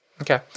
Okay